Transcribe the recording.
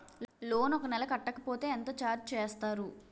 Loan ఒక నెల కట్టకపోతే ఎంత ఛార్జ్ చేస్తారు?